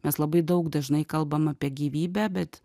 mes labai daug dažnai kalbam apie gyvybę bet